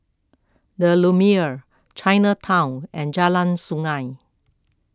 the Lumiere Chinatown and Jalan Sungei